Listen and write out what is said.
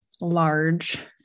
large